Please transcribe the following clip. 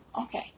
okay